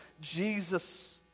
Jesus